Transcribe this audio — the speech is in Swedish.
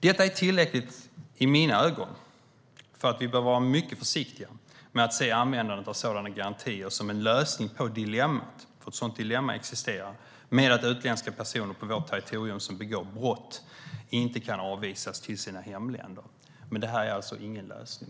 Detta är i mina ögon tillräckligt för att vi bör vara mycket försiktiga med att se användandet av sådana garantier som en lösning på dilemmat - för ett sådant dilemma existerar - med att utländska personer på vårt territorium som begår brott inte kan avvisas till sina hemländer. Det är alltså ingen lösning.